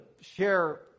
share